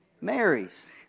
Marries